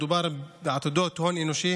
מדובר בעתודת הון אנושי